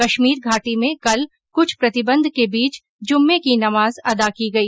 कश्मीर घाटी में कल कुछ प्रतिबंध के बीच जुम्मे की नमाज अदा की गई